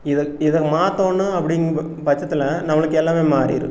இதை இதை மாத்தணும் அப்படிங்கற பட்சத்தில நம்மளுக்கு எல்லாமே மாறிடும்